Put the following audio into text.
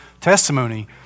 testimony